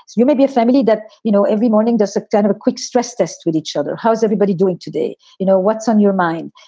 you may be a family that, you know, every morning does a kind of a quick stress test with each other. how's everybody doing today? you know what's on your mind?